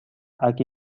aki